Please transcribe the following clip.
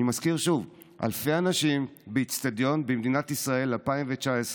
אני מזכיר שוב: אלפי אנשים באצטדיון במדינת ישראל 2019,